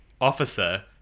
officer